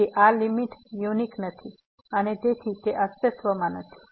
તેથી આ limit unique નથી અને તેથી તે અસ્તિત્વમાં નથી